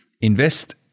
invest